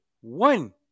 one